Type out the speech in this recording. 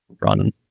run